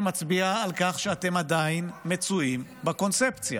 שמצביעה על כך שאתם עדיין מצויים בקונספציה.